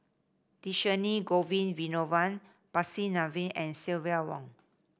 Dhershini Govin Winodan Percy Neice and Silvia Yong